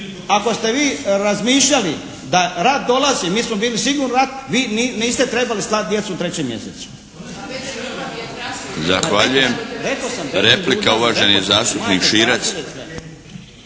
ako ste vi razmišljali da rat dolazi, mi smo bili sigurni, vi niste trebali slati djecu u 3. mjesecu. **Milinović, Darko (HDZ)** Zahvaljujem. Replika, uvaženi zastupnik Širac.